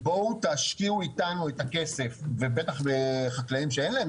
בואו תשקיעו איתנו את הכסף ובטח לחקלאים שאין להם